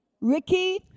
Ricky